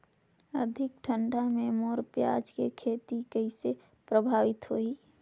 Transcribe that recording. अधिक ठंडा मे मोर पियाज के खेती कइसे प्रभावित होही?